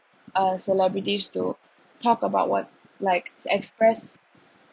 uh celebrities to talk about what like express